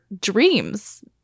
dreams